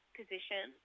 position